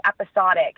episodic